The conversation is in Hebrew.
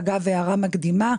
אגב, הערה מקדימה: